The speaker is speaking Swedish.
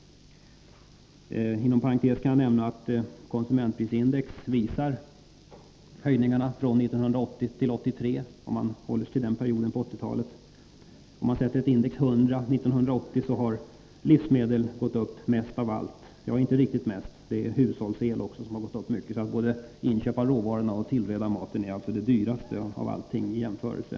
Inom parantes kan jag nämna hur konsumentprisindex visar höjningarna från 1980 till 1983, om man håller sig till den perioden av 1980-talet. Livsmedlen har gått upp mest av allt — ja, inte riktigt, för hushållsel har också gått upp mycket. Både inköp av råvaror och tillredning av mat är alltså det dyraste av allting, i jämförelse.